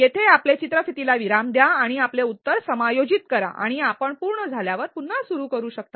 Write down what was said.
येथे आपले चित्रफितीला विराम द्या आणि आपले उत्तर समायोजित करा आणि आपण पूर्ण झाल्यावर पुन्हा सुरु करा